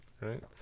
Right